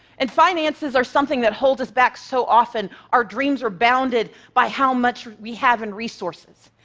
and finances are something that holds us back so often, our dreams are bounded by how much we have in resources.